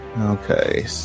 Okay